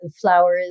flowers